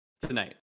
Tonight